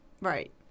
Right